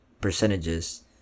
percentages